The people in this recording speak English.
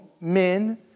men